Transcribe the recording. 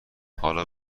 حالا